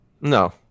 No